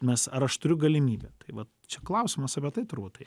mes ar aš turiu galimybę tai vat čia klausimas apie tai turbūt tai